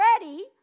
ready